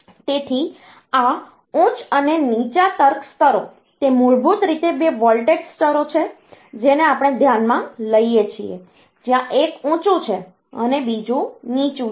તેથી આ ઉચ્ચ અને નીચા તર્ક સ્તરો તે મૂળભૂત રીતે 2 વોલ્ટેજ સ્તરો છે જેને આપણે ધ્યાનમાં લઈએ છીએ જ્યાં એક ઊંચું છે અને બીજું નીચું છે